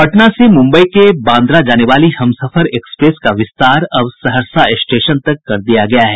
पटना से मुम्बई के बांद्रा जाने वाली हमसफर एक्सप्रेस का विस्तार अब सहरसा स्टेशन तक कर दिया गया है